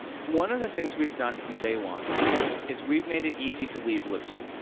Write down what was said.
one of the things we've done from day one is we've made it easy to leave libsyn,